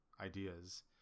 ideas